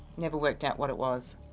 never worked out what it was?